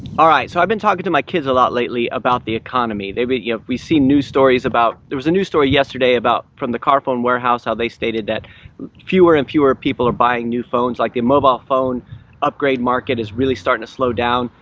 alright, so i've been talking to my kids a lot lately about the economy. we yeah we see news stories about there was a new story yesterday about from the carphone warehouse, how they stated that fewer and fewer people are buying new phones, like the mobile phone upgrade market is really starting to slow down,